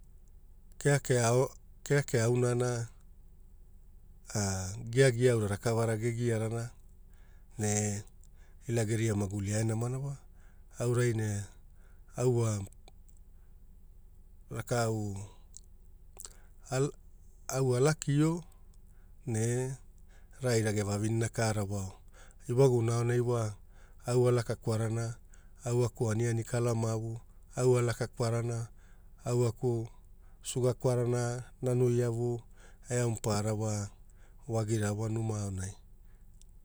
Keakea aunana giagia aura rakavara gegiarana ne ilageria maguli ae namana wa aorai ne au wa rakaau au alakia ne wa ewagumona aonai au alaka kwarana au eku aniani kala mavu, au alaka kulurana, au eku suga kwarana nanu iavu eau maparana wa wagira wa numa aonai